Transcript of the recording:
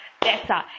better